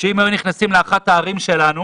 שאם היו נכנסים לאחת הערים שלנו